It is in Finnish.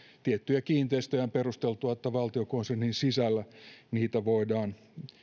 tiettyjä kiinteistöjä on perusteltua että valtiokonsernin sisällä niitä voidaan